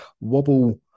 wobble